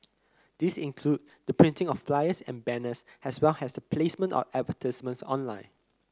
these include the printing of flyers and banners as well as the placement of advertisements online